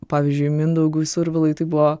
pavyzdžiui mindaugui survilai tai buvo